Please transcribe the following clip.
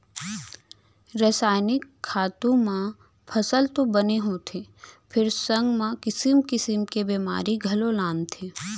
रसायनिक खातू म फसल तो बने होथे फेर संग म किसिम किसिम के बेमारी घलौ लानथे